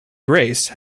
grace